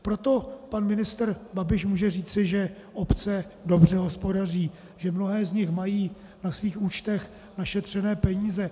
Proto pan ministr Babiš může říci, že obce dobře hospodaří, že mnohé z nich mají na svých účtech našetřené peníze.